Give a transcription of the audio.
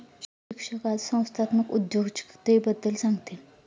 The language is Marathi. शिक्षक आज संस्थात्मक उद्योजकतेबद्दल सांगतील